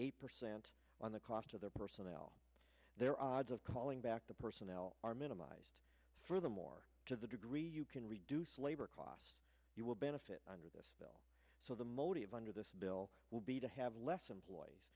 eight percent on the cost of their personnel their odds of calling back the personnel are minimized furthermore to the degree you can reduce labor costs you will benefit under this bill so the motive under this bill will be to have less employees